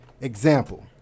Example